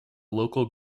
local